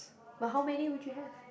but how many would you have